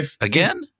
Again